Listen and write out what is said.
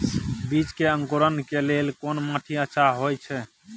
बीज के अंकुरण के लेल कोन माटी अच्छा होय छै?